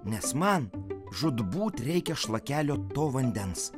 nes man žūtbūt reikia šlakelio vandens